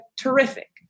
terrific